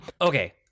Okay